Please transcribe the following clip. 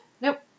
Nope